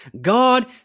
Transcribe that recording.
God